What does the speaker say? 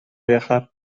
viajar